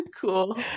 cool